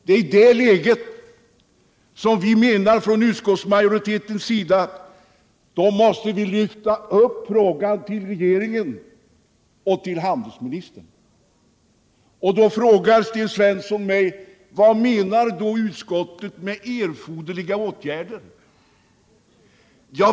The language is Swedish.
Det är i ett sådant läge som vi menar från utskottsmajoritetens sida att man måste lyfta upp frågan till regeringen, till handelsministern. Sten Svensson frågade mig: Vad menar utskottsmajoriteten med ”erforderliga åtgärder”?